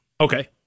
Okay